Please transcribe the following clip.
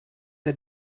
der